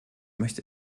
möchte